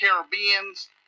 Caribbeans